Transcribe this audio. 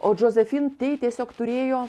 o josephine tey tiesiog turėjo